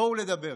בואו לדבר.